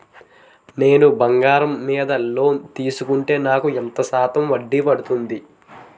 నేను బంగారం మీద లోన్ తీసుకుంటే నాకు ఎంత శాతం వడ్డీ పడుతుంది?